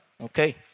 Okay